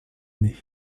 année